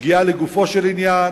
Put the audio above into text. שגיאה לגופו של עניין,